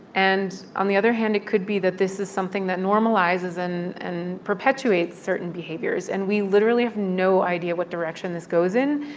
and on the other hand, it could be that this is something that normalizes and and perpetuates certain behaviors. and we literally have no idea what direction this goes in.